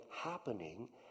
happening